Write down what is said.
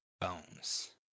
bones